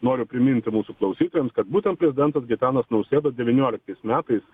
noriu priminti mūsų klausytojams kad būtent prezidentas gitanas nausėda devynioliktais metais